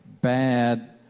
bad